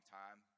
time